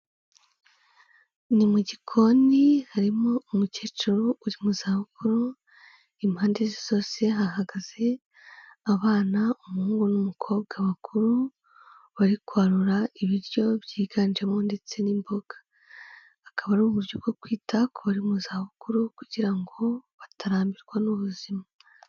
Ni mu gikoni, harimo umukecuru uri mu zabukuru, impande ze zose hahagaze abana, umuhungu n'umukobwa bakuru, bari kwarura ibiryo byiganjemo ndetse n'imboga. Akaba ari uburyo bwo kwita ku bari mu zabukuru kugira ngo batarambirwa n'ubuzima.